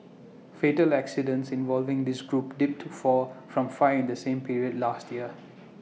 fatal accidents involving this group dipped to four from five in the same period last year